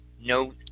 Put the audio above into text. No